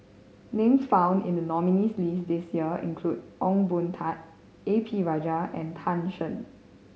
names found in the nominees' list this year include Ong Boon Tat A P Rajah and Tan Shen